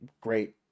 great